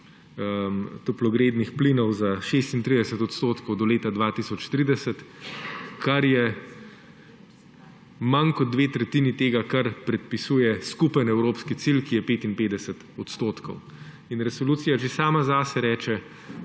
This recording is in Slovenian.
toplogrednih plinov za 36 odstotkov do leta 2030, kar je manj kot dve tretjini tega, kar predpisuje skupen evropski cilj, ki je 55 odstotkov. In resolucija že sama zase pravi,